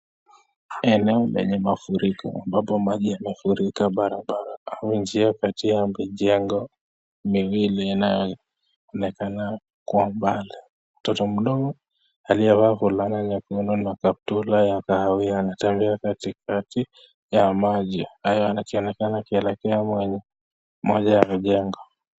Eneo lenye mafuriko ambapo maji imefurika barabara au njia kati ya mijengo miwili inayoonekana kwa mbali, mtoto mdogo aliyevaa fulana nyekundu na kaptura ya kahawia anatembea katikati maji haya, anaonekana akielekea moja ya mijengo.